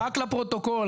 רק לפרוטוקול,